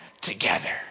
together